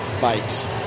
bikes